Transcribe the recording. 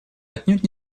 отнюдь